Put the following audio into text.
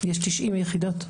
יש תשעים יחידות.